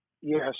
Yes